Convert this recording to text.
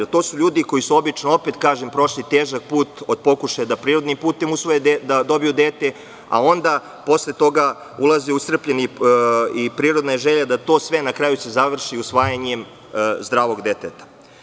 To su ljudi koji su obično prošli težak put od pokušaja da prirodnim putem dobiju dete, a onda, posle toga u sve to ulaze iscrpljeni i prirodna je želja da se to sve na kraju završi usvajanjem zdravog deteta.